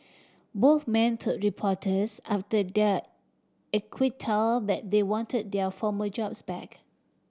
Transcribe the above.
both men told reporters after their acquittal that they wanted their former jobs back